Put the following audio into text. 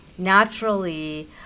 naturally